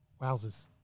wowzers